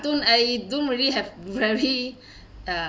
don't I don't really have very uh